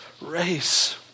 race